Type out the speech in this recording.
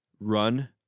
run